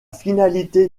finalité